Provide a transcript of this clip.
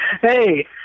hey